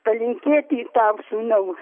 palinkėti tau sūnau